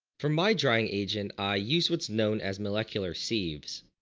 from my drying agent i use what's known as molecular sieves.